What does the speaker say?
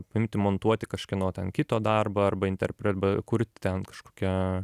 paimti montuoti kažkieno kito darbą arba interpre be kurt ten kažkokią